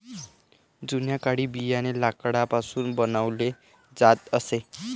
जुन्या काळी बियाणे लाकडापासून बनवले जात असे